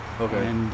Okay